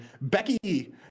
Becky